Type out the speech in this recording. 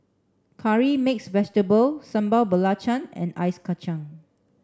curry mixed vegetable sambal belacan and ice kacang